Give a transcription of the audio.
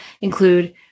include